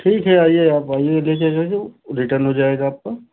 ठीक है आइए आप आइए ले के गए जो रिटर्न हो जाएगा आपका